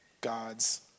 God's